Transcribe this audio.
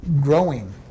growing